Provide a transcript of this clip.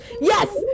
Yes